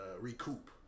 recoup